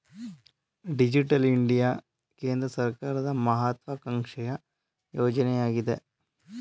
digital India ಕೇಂದ್ರ ಸರ್ಕಾರದ ಮಹತ್ವಾಕಾಂಕ್ಷೆಯ ಯೋಜನೆಯಗಿದೆ